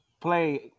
play